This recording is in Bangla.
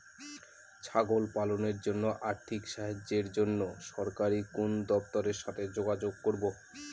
ছাগল পালনের জন্য আর্থিক সাহায্যের জন্য সরকারি কোন দপ্তরের সাথে যোগাযোগ করব?